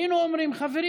היינו אומרים: חברים,